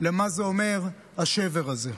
מה זה אומר השבר הזה.